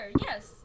Yes